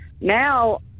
now